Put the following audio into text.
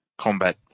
combat